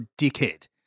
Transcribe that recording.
dickhead